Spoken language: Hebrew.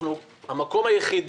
המקום היחיד